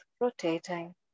rotating